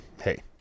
Hey